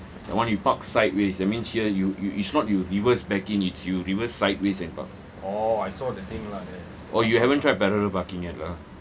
that one you park sideways that means here you you it's not you reverse parking it's you reverse sideways and park oh you haven't tried parallel parking yet lah